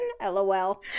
LOL